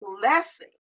blessing